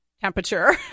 temperature